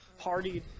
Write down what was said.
partied